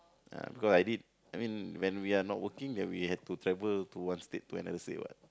uh because I did I mean when we are not working then we had to travel to one state to another state [what]